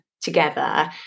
together